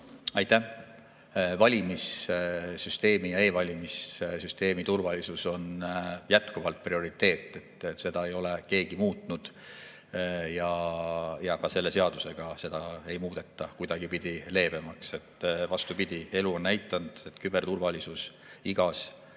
Aitäh! Valimissüsteemi ja e‑valimissüsteemi turvalisus on jätkuvalt prioriteet. Seda ei ole keegi muutnud ja ka selle seadusega ei muudeta seda kuidagipidi leebemaks. Vastupidi, elu on näidanud, et küberturvalisus on igas